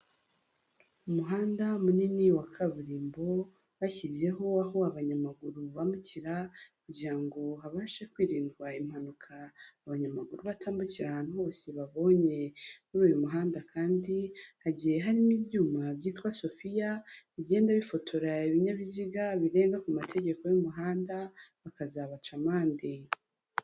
Umuhanda munini wa kaburimbo, bashyizeho aho abanyamaguru bambukira, kugira ngo habashe kwirindwa impanuka abanyamaguru batambukira ahantu hose babonye, muri uyu muhanda kandi hagiye harimo ibyuma byitwa sofiya, bigenda bifotora ibinyabiziga birenga ku mategeko y'umuhanda bakazabaca amande.